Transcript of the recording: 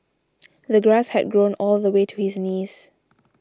the grass had grown all the way to his knees